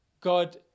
God